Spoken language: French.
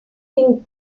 une